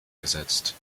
gesetzt